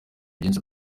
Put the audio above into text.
byinshi